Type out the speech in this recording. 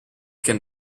can